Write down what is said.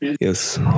Yes